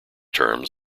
terms